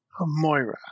Moira